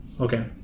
Okay